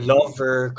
Lover